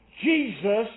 Jesus